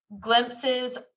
glimpses